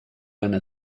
henne